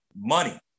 money